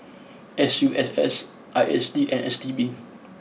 S U S S I S D and S T B